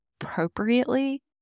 appropriately